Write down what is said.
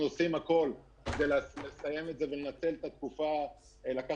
אנחנו עושים הכול כדי לסיים את זה ולנצל את היתרון